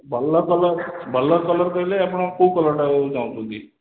ଭଲ କଲର ଭଲ କଲର କହିଲେ ଆପଣ କେଉଁ କଲରଟାକୁ ଚାହୁଁଛନ୍ତି